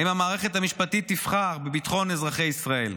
האם המערכת המשפטית תבחר בביטחון אזרחי ישראל,